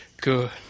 good